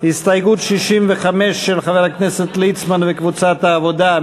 הסתייגות 65 של חבר הכנסת ליצמן וקבוצת העבודה,